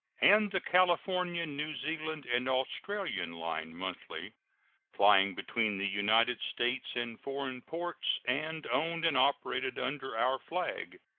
and the california, new zealand, and australian line, monthly plying between the united states and foreign ports, and owned and operated under our flag.